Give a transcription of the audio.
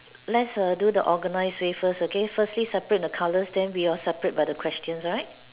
let's err do the organized way first okay firstly separate the colours then we will separate by the questions alright